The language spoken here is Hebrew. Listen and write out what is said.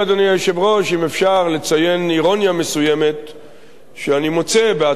אם אפשר לציין אירוניה מסוימת שאני מוצא בהצעת החוק הזאת,